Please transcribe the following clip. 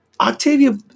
Octavia